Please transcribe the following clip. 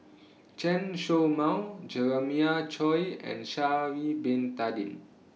Chen Show Mao Jeremiah Choy and Sha'Ari Bin Tadin